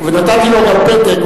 ונתתי לו גם פתק,